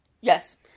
Yes